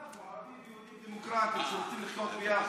אנחנו ערבים ויהודים דמוקרטים שרוצים לחיות ביחד.